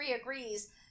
agrees